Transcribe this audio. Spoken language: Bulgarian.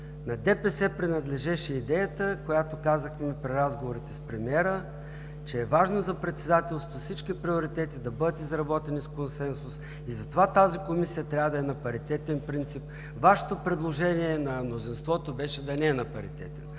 На ДПС принадлежеше идеята, която казахме при разговорите на премиера, че е важно за председателството всички приоритети да бъдат изработени с консенсус и затова тази Комисия трябва да е на паритетен принцип. Вашето предложение – на мнозинството, беше да не е на паритетен